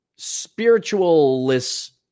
Spiritualist